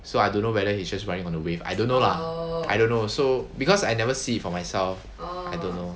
so I don't know whether he just riding on the wave I don't know lah I don't know so because I never see it for myself I don't know